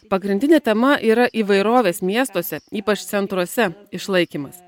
pagrindinė tema yra įvairovės miestuose ypač centruose išlaikymas